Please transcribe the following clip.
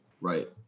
Right